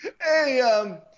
hey